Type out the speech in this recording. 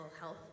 health